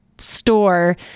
store